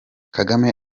kagame